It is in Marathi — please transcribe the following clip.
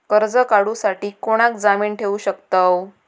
कर्ज काढूसाठी कोणाक जामीन ठेवू शकतव?